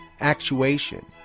actuation